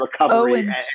recovery